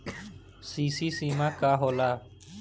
CC सीमा का होला?